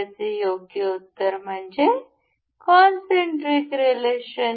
याचे योग्य उत्तर म्हणजे कॉन्सन्ट्रिक रिलेशन